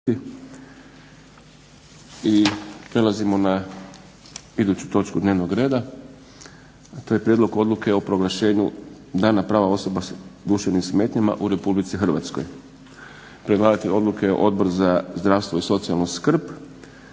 Prelazimo na iduću točku dnevnog reda, a to je - Prijedlog Odluke o proglašenju "Dana prava osoba s duševnim smetnjama" u Republici Hrvatskoj Predlagatelj odluke je Odbor za zdravstvo i socijalnu skrb.